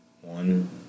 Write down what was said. One